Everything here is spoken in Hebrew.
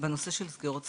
בנושא של סגירות סניפים,